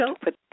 put